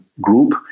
group